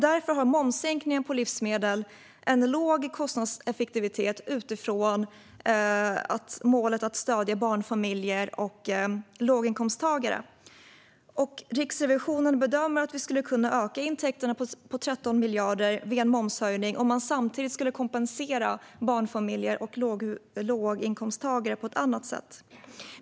Därför har momssänkningen på livsmedel en låg kostnadseffektivitet utifrån målet att stödja barnfamiljer och låginkomsttagare. Riksrevisionen bedömer att vi skulle kunna öka intäkterna med 13 miljarder vid en momshöjning om man samtidigt skulle kompensera barnfamiljer och låginkomsttagare på ett annat sätt.